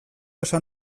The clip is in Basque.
esan